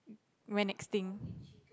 went extinct